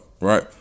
Right